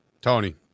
Tony